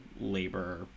labor